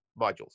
modules